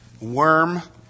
Worm